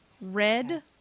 Red